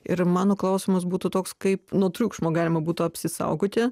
ir mano klausimas būtų toks kaip nuo triukšmo galima būtų apsisaugoti